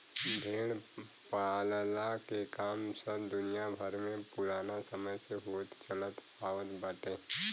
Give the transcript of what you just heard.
भेड़ पालला के काम सब दुनिया भर में पुराना समय से होत चलत आवत बाटे